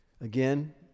Again